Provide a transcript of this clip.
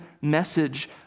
message